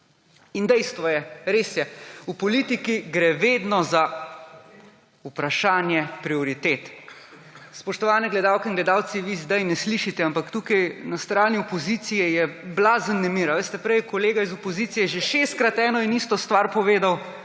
Dejstvo je, res je, v politiki gre vedno za vprašanje prioritet. Spoštovane gledalke in gledalci, vi zdaj ne slišite, ampak tukaj na strani opozicije je blazen nemir. Prej je kolega iz opozicije že 6-krat eno in isto stvar povedal,